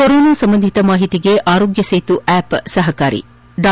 corona ಸಂಬಂಧಿತ ಮಾಹಿತಿಗೆ Aarogya Setu app ಸಹಕಾರಿ ಡಾ